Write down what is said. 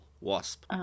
wasp